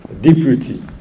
deputy